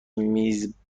میزبانی